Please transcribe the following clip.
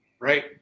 right